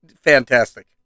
fantastic